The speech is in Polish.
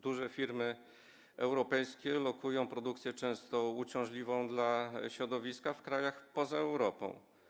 Duże firmy europejskie lokują produkcję, często uciążliwą dla środowiska, w krajach poza Europą.